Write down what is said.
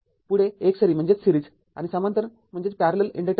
पुढे एकसरी आणि समांतर इन्डक्टर्स आहेत